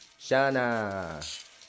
Shana